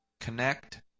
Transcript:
Connect